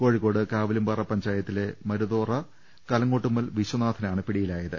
Kozhikode Kavilumpara പഞ്ചായത്തിലെ മരുതോറ കലങ്ങോട്ടുമ്മൽ വിശ്വനാഥനാണ് പിടിയി ലായത്